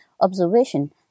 observation